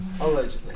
Allegedly